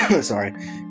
Sorry